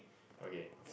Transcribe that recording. okay